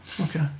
okay